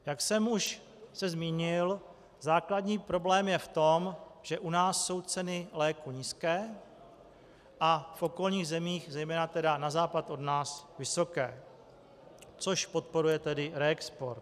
Jak jsem se už zmínil, základní problém je v tom, že u nás jsou ceny léků nízké a v okolních zemích, zejména tedy na západ od nás, vysoké, což podporuje tedy reexport.